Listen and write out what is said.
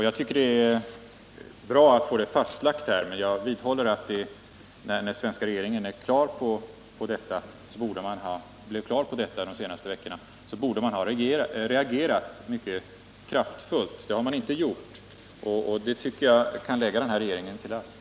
Jag tycker att det är bra att få det fastlagt här, men jag vidhåller att när den svenska regeringen fick detta klart för sig under de senaste veckorna borde den ha reagerat mycket kraftfullt. Det har regeringen inte gjort, och det tycker jag kan läggas den till last.